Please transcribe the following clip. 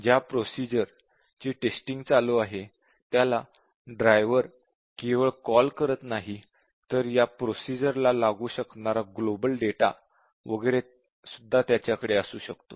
ज्या प्रोसिजर ची टेस्टिंग चालू आहे त्याला ड्रायव्हर केवळ कॉल करत नाही तर या प्रोसिजर ला लागू शकणारा ग्लोबल डेटा वगैरे त्याच्याकडे असू शकतो